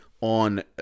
on